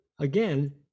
again